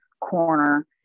corner